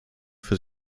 für